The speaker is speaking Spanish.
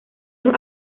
los